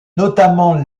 notamment